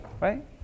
right